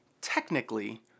technically